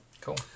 Cool